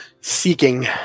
Seeking